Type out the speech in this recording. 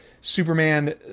Superman